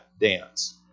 dance